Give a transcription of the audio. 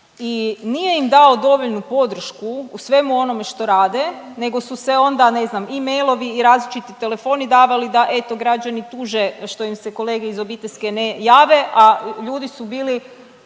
i nije im dao dovoljnu podršku u svemu onome što rade nego su se onda ne znam i mailovi i različiti telefoni davali da eto, građani tuže što im se kolege iz obiteljske ne jave, a ljudi su bili